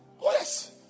Yes